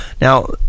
Now